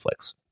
Netflix